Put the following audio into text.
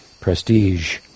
prestige